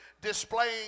displaying